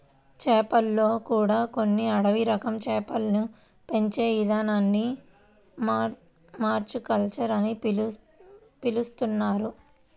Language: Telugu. చేపల్లో కూడా కొన్ని అడవి రకం చేపల్ని పెంచే ఇదానాన్ని మారికల్చర్ అని పిలుత్తున్నారు